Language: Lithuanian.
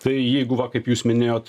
tai jeigu va kaip jūs minėjot